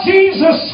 Jesus